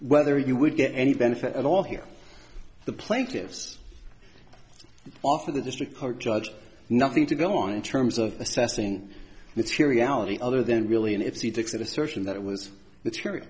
whether you would get any benefit at all here the plaintiffs offer the district court judge nothing to go on in terms of assessing materiality other then really and if he takes that assertion that it was